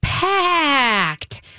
Packed